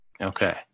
Okay